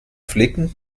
flicken